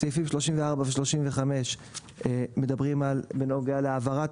סעיפים 34 ו-35 מדברים בנוגע להעברת